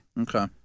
Okay